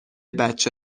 بچه